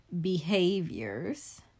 behaviors